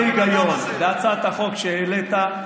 בהצעת החוק שהעלית.